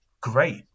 great